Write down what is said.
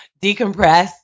decompress